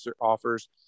offers